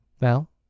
Well